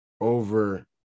over